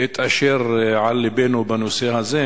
ואמר את אשר על לבנו בנושא הזה.